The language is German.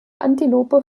antilope